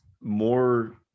more